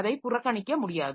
அதை புறக்கணிக்க முடியாது